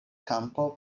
kampo